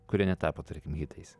kurie netapo tarkim hitais